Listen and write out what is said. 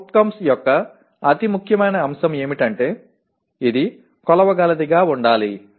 CO యొక్క అతి ముఖ్యమైన అంశం ఏమిటంటే ఇది కొలవగలదిగా ఉండాలి